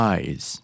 Eyes